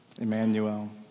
Emmanuel